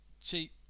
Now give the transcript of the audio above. cheap